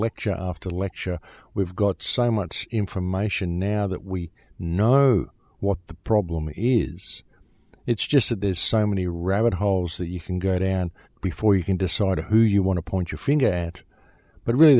lecture after lecture we've got so much information now that we know what the problem is it's just at this time any rabbit holes that you can get and before you can decide who you want to point your finger at but really